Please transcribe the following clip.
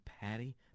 patty